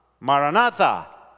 Maranatha